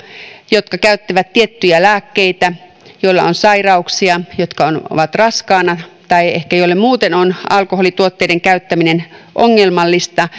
jotka käyttävät tiettyjä lääkkeitä ja joilla on sairauksia jotka ovat raskaana tai joille ehkä muuten on alkoholituotteiden käyttäminen ongelmallista